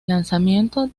lanzamiento